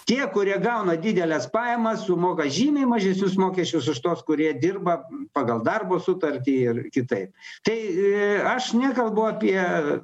tie kurie gauna dideles pajamas sumoka žymiai mažesnius mokesčius už tuos kurie dirba pagal darbo sutartį ir kitaip tai aš nekalbu apie